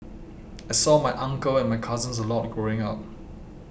I saw my uncle and my cousins a lot growing up